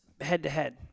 head-to-head